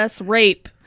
rape